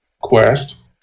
quest